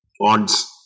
odds